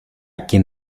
quien